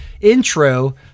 intro